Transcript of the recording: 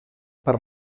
per